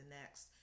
next